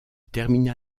termina